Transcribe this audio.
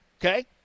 okay